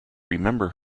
remember